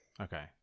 Okay